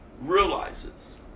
realizes